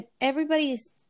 everybody's